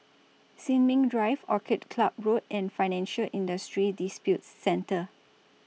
Sin Ming Drive Orchid Club Road and Financial Industry Disputes Center